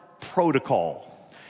protocol